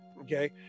Okay